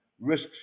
risks